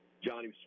Johnny